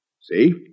see